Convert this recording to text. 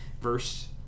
Verse